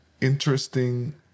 interesting